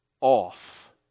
off